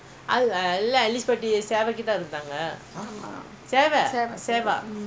அப்பயேஅதான்இது:apaye athaan idhu !ouch!